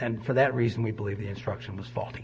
and for that reason we believe the instruction was faulty